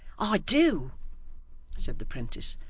i do said the prentice.